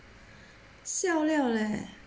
siao liao leh